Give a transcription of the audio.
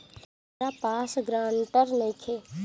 हमरा पास ग्रांटर नइखे?